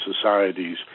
societies